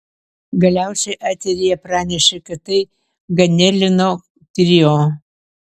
galiausiai eteryje pranešė kad tai ganelino trio